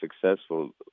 successful